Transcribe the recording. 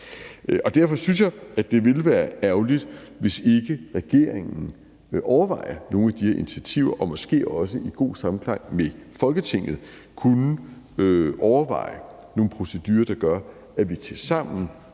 Derfor synes jeg, at det ville være ærgerligt, hvis ikke regeringen vil overveje nogle af de her initiativer og måske også i god samklang med Folketinget overveje nogle procedurer, der gør, at vi tilsammen